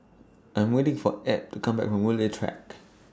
I Am waiting For Ebb to Come Back from Woodleigh Track